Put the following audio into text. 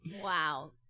Wow